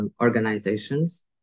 organizations